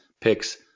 picks